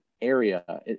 area